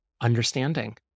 understanding